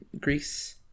Greece